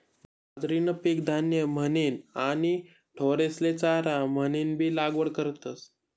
बाजरीनं पीक धान्य म्हनीन आणि ढोरेस्ले चारा म्हनीनबी लागवड करतस